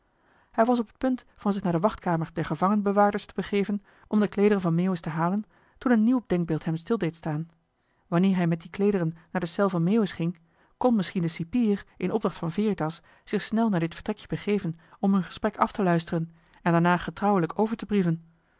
hij was op het punt van zich naar de wachtkamer der gevangenbewaarders te begeven om de kleederen van meeuwis te halen toen een nieuw denkbeeld hem stil deed staan wanneer hij met die kleederen naar de cel van meeuwis ging kon misschien de cipier in opdracht van veritas zich snel naar dit vertrekje begeven om hun gesprek af te luisteren en daarna getrouwelijk over te brieven